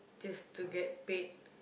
just to get paid